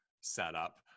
setup